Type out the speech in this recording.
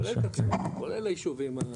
כולל קצרין, כולל היישובים.